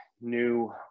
new